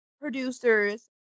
producers